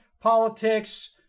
politics